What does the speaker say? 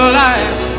life